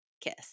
Kiss